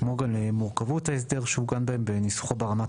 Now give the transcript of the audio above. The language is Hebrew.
כמו גם מורכבות ההסדר שעוגן בהם וניסוחו ברמת